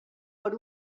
per